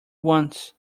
wants